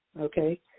okay